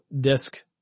Disk